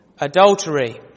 adultery